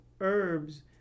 herbs